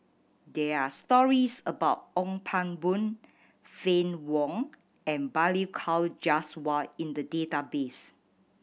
there are stories about Ong Pang Boon Fann Wong and Balli Kaur Jaswal in the database